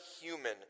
human